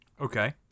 Okay